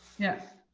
yes.